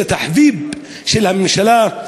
זה תחביב של הממשלה.